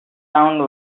sound